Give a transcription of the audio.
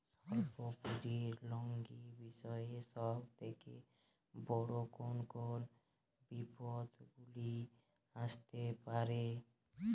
স্বল্প পুঁজির লগ্নি বিষয়ে সব থেকে বড় কোন কোন বিপদগুলি আসতে পারে?